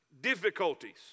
difficulties